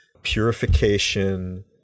purification